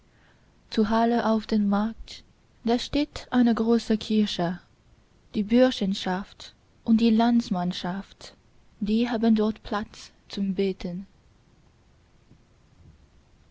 zu halle auf dem markt da steht eine große kirche die burschenschaft und die landsmannschaft die haben dort platz zum beten